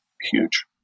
huge